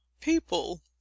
people